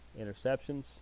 interceptions